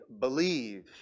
believe